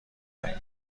دهیم